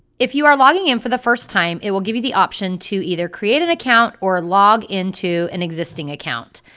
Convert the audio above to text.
if you are logging in for the first time it will give you the option to either create an account or log into an existing account.